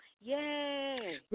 Yay